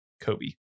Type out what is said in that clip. Kobe